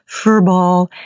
furball